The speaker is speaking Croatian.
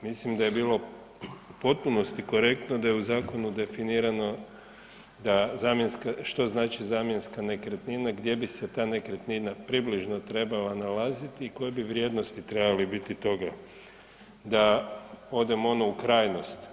Mislim da je bilo u potpunosti korektno da je u zakonu definirano da zamjenska, što znači zamjenska nekretnina, gdje bi se ta nekretnina približno trebala nalaziti i koje bi vrijednosti trebali biti toga da odemo ono u krajnost.